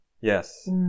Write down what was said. Yes